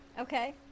Okay